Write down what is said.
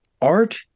Art